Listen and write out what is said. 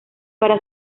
para